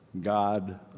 God